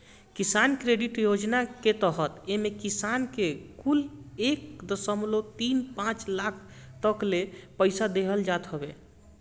किसान क्रेडिट योजना के तहत एमे किसान कुल के एक दशमलव तीन पाँच लाख तकले पईसा देहल जात हवे